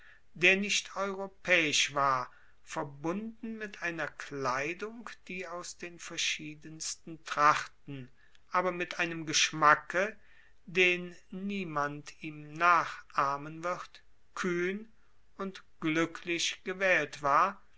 der nicht europäisch war verbunden mit einer kleidung die aus den verschiedensten trachten aber mit einem geschmacke den niemand ihm nachahmen wird kühn und glücklich gewählt war